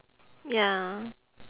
ya